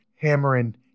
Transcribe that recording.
hammering